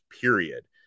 period